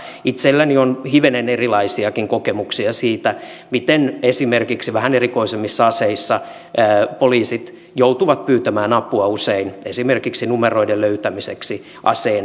itselläni on hivenen erilaisiakin kokemuksia siitä miten esimerkiksi vähän erikoisemmissa aseissa poliisit joutuvat pyytämään apua usein esimerkiksi numeroiden löytämiseksi aseen omistajalta